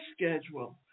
schedule